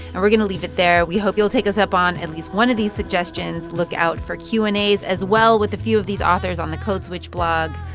and we're going to leave it there. we hope you'll take us up on at least one of these suggestions. look out for q and as as well with a few of these authors on the code switch blog